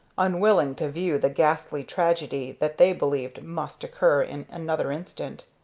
unwilling to view the ghastly tragedy that they believed must occur in another instant.